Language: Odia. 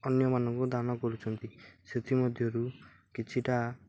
ଅନ୍ୟମାନଙ୍କୁ ଦାନ କରୁଛନ୍ତି ସେଥିମଧ୍ୟରୁ କିଛିଟା